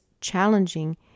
challenging